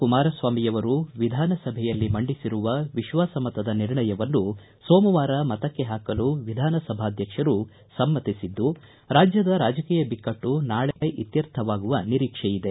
ಕುಮಾರಸ್ವಾಮಿ ವಿಧಾನಸಭೆಯಲ್ಲಿ ಮಂಡಿಸಿರುವ ವಿಶ್ವಾಸ ಮತದ ನಿರ್ಣಯವನ್ನು ಸೋಮವಾರ ಮತಕ್ಕೆ ಹಾಕಲು ವಿಧಾನ ಸಭಾಧಕ್ಷರು ಸಮ್ಮತಿಸಿದ್ದು ರಾಜ್ಯದ ರಾಜಕೀಯ ಬಿಕಟ್ಟು ನಾಳೆ ಇತ್ಯರ್ಥವಾಗುವ ನಿರೀಕ್ಷೆಯಿದೆ